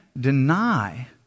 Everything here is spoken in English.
deny